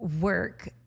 work